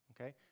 okay